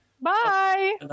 Bye